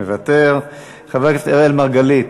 מוותר, חבר הכנסת אראל מרגלית,